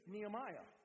Nehemiah